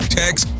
text